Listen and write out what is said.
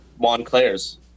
Montclair's